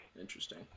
interesting